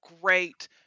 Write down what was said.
great